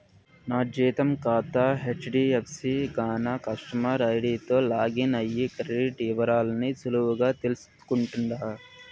నా జీతం కాతా హెజ్డీఎఫ్సీ గాన కస్టమర్ ఐడీతో లాగిన్ అయ్యి క్రెడిట్ ఇవరాల్ని సులువుగా తెల్సుకుంటుండా